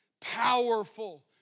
powerful